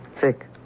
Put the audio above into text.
Sick